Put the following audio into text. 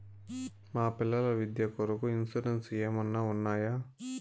మా పిల్లల విద్య కొరకు ఇన్సూరెన్సు ఏమన్నా ఉన్నాయా?